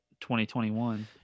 2021